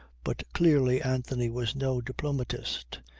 but clearly anthony was no diplomatist.